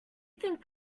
think